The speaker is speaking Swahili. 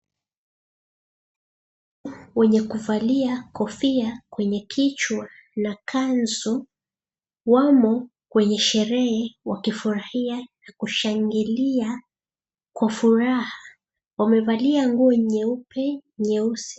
Watu wenye wamevaa kofia kwenye kichwa na kanzu wamo kwenye sherehe wakifurahia na kushangilia kwa furaha kisha wamevalia nguo nyeupe na nyeusi.